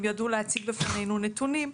הם ידעו להציג בפנינו נתונים.